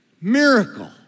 miracle